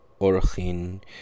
orchin